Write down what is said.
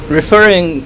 referring